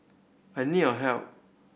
I need your help